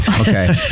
Okay